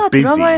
busy